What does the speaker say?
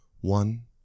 One